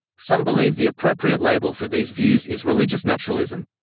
some believe the appropriate label for these views is religious naturalism.